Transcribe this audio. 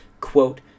quote